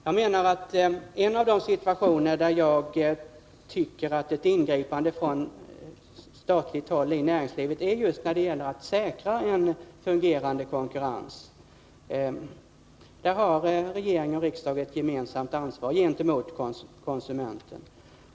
Jag menar att ett ingripande från statligt håll i näringslivet är påkallat just i en sådan situation där det gäller att säkra en fungerande kunkurrens. I det fallet har regering och riksdag ett gemensamt ansvar gentemot konsumenten.